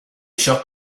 shop